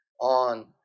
on